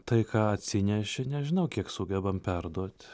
tai ką atsineši nežinau kiek sugebam perduot